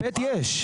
את 4.7ב' יש.